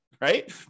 Right